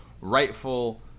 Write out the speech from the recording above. rightful